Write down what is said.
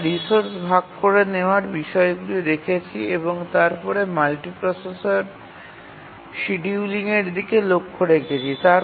আমরা রিসোর্স ভাগ করে নেওয়ার বিষয়গুলি দেখেছি এবং তারপরে মাল্টিপ্রসেসর শিডিয়ুলিংয়ের দিকে লক্ষ্য রেখেছি